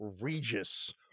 regis